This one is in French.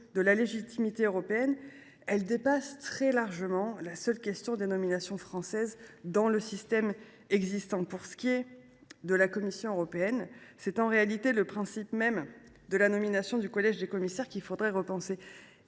de la légitimité européenne dépasse très largement la seule question des nominations françaises dans le système existant. En ce qui concerne la Commission européenne, c’est le principe même de la nomination du collège des commissaires qu’il faudrait repenser.